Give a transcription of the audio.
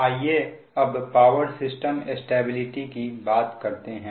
आइए अब power system stability की बात करते हैं